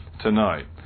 tonight